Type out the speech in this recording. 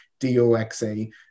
DOXA